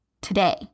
Today